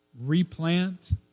replant